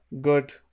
good